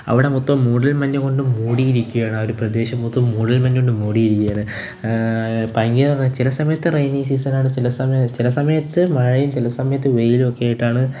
അവിടെ മൊത്തം മൂടൽമഞ്ഞു കൊണ്ട് മൂടിയിരിക്കുകയാണ് ആ പ്രദേശം മൊത്തം മൂടൽമഞ്ഞു കൊണ്ട് മൂടിയിരിക്കുകയാണ് ചില സമയത്ത് റെയ്നി സീസണാണ് ചില സമയത്ത് ചില സമയത്ത് മഴയും ചില സമയത്ത് വെയിലൊക്കെയായിട്ടാണ്